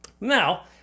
Now